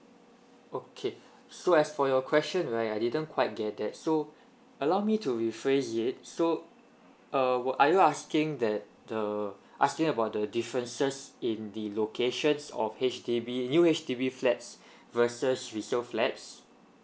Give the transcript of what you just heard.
okay so as for your question right I didn't quite get it so allow me to rephrase it so err are you asking that the asking about the differences in the locations of H_D_B new H_D_B flats versus resale flats